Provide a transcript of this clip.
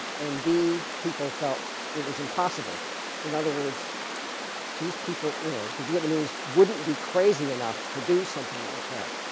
and b people felt it was impossible in other words these people you know the vietnamese wouldn't be crazy enough to do something like that.